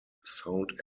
sound